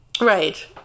Right